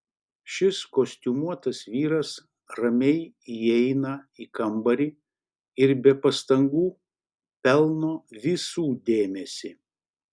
šis kostiumuotas vyras ramiai įeina į kambarį ir be pastangų pelno visų dėmesį